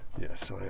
Yes